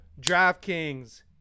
DraftKings